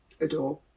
adore